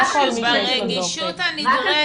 ברגישות הנדרשת.